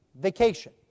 vacation